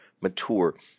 mature